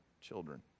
children